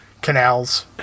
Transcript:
Canals